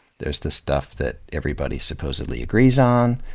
there's the stuff that everybody supposedly agrees on,